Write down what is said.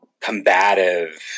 combative